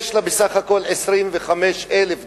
יש לה בסך הכול 25,000 דונם,